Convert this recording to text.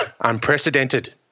Unprecedented